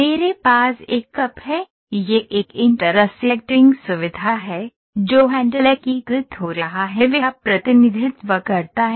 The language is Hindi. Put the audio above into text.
मेरे पास एक कप है यह एक इंटरसेक्टिंग सुविधा है जो हैंडल एकीकृत हो रहा है वह प्रतिनिधित्व करता है